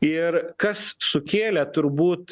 ir kas sukėlė turbūt